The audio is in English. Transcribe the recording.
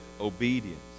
obedience